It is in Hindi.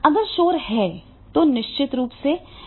अगर शोर है तो निश्चित रूप से यह काम नहीं करेगा